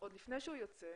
עוד לפני שהוא יוצא,